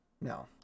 No